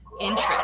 interest